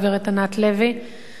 חברת הכנסת רונית תירוש רוצה